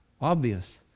obvious